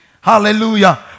Hallelujah